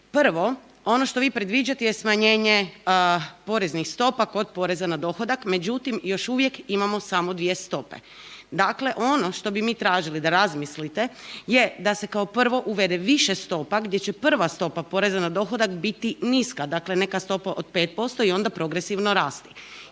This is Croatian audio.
Prvo, ono što vi predviđate je smanjenje poreznih stopa kod porezna na dohodak, međutim, još uvijek imamo samo dvije stope. Dakle, ono što bi mi tražili da razmislite je da se kao prvo uvede više stopa gdje će prva stopa poreza na dohodak biti niska, dakle neka stopa od 5% i onda progresivno rasti